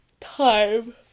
time